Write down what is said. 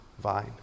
vine